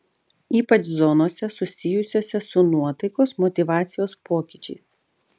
ypač zonose susijusiose su nuotaikos motyvacijos pokyčiais